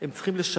הם צריכים לשבש,